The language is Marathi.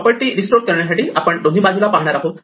प्रॉपर्टी रिस्टोअर करण्यासाठी आपण दोन्ही बाजूला पाहणार आहोत